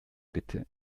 bitte